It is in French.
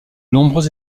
nombreux